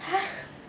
!huh!